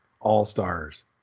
all-stars